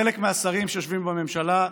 חלק מהשרים שיושבים בממשלה,